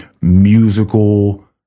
musical